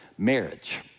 marriage